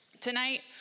tonight